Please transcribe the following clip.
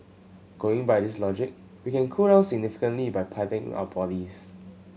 going by this logic we can cool down significantly by patting our bodies